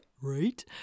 Right